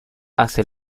hace